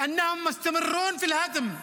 להלן תרגומם:)